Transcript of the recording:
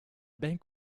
ben